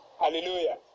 Hallelujah